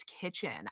kitchen